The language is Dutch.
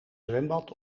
zwembad